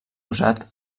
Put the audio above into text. usat